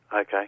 Okay